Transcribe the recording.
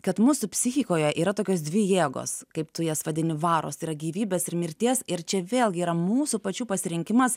kad mūsų psichikoje yra tokios dvi jėgos kaip tu jas vadini varos tai yra gyvybės ir mirties ir čia vėlgi yra mūsų pačių pasirinkimas